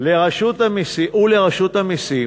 ולרשות המסים